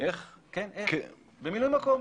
במילוי מקום.